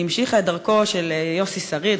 היא המשיכה את דרכו של יוסי שריד,